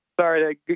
sorry